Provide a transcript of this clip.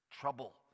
trouble